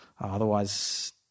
Otherwise